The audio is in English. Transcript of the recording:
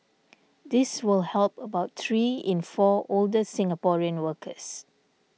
this will help about three in four older Singaporean workers